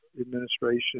administration